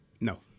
No